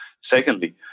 Secondly